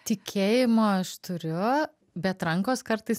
tikėjimo aš turiu bet rankos kartais